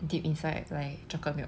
deep inside like chocolate milk